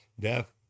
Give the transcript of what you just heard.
deaf